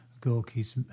gorky's